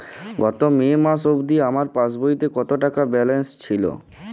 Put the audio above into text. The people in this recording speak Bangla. গত মে মাস অবধি আমার পাসবইতে কত টাকা ব্যালেন্স ছিল?